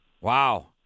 Wow